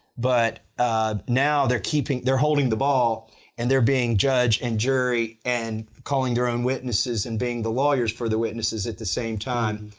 but now they're keeping they're holding the ball and they're being judge and jury and calling their own witnesses and being the lawyers for the witnesses at the same time.